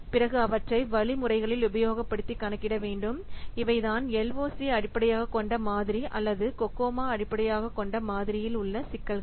பிறகு அவற்றை வழிமுறைகளில் உபயோகப்படுத்தி கணக்கிடவேண்டும் இவைதான் LOC அடிப்படையாகக் கொண்ட மாதிரி அல்லது COCOMO அடிப்படையாகக் கொண்ட மாதிரியில் உள்ள சிக்கல்கள்